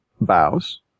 bows